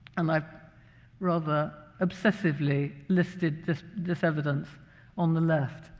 and i've rather obsessively listed this evidence on the left,